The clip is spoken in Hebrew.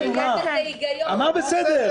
הוא אישר ואמר בסדר.